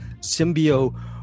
Symbio